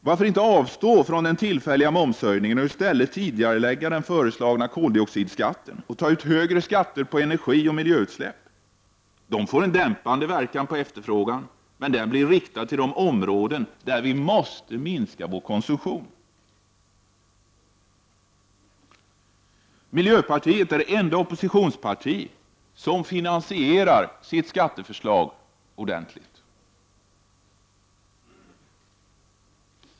Varför inte avstå från den tillfälliga momshöjningen och i stället tidigarelägga den föreslagna koldioxidskatten och ta ut högre skatter på energi och miljöutsläpp? Det får en dämpande verkan på efterfrågan men den blir riktad till de områden där vi måste minska vår konsumtion. Miljöpartiet är det enda oppositionsparti som finansierar sitt skatteförslag ordentligt.